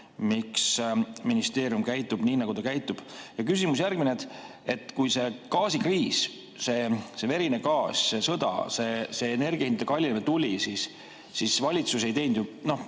miks ministeerium käitub nii, nagu ta käitub. Küsimus järgmine. Kui see gaasikriis, see verine gaas, see sõda, see energiahindade kallinemine tuli, siis valitsus ei teinud suurt